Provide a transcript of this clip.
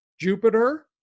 Jupiter